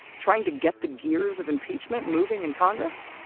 trying to get the gears of impeachment moving in congress?